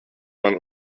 man